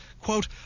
quote